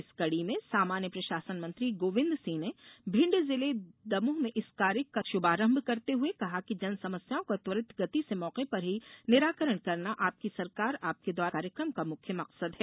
इसी कड़ी में सामान्य प्रशासन मंत्री गोविंद सिंह ने भिंड जिले दबोह में इस कार्य कार्यक्रम का शुभारंभ करते हुए कहा कि जनसमस्याओं का त्वरित गति से मौके पर ही निराकरण करना आपकी सरकार आपके द्वार कार्यक्रम का मुख्य मकसद है